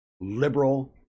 liberal